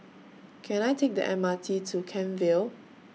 Can I Take The M R T to Kent Vale